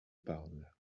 parle